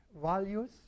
values